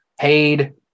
paid